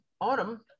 autumn